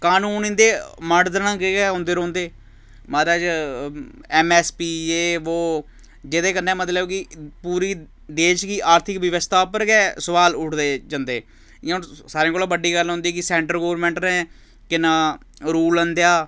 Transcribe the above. कानून इं'दे मरद न गै औंदे रौंह्दे महाराज एम एस पी जे वो जेह्दे कन्नै मतलब कि पूरी देश गी आर्थिक व्यवस्था उप्पर गै सोआल उठदे जंदे इ'यां हून सारें कोला बड्डी गल्ल औंदी कि सैंट्रल गौरमैंट ने केह् नांऽ रूल आंदेआ